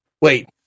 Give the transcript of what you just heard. wait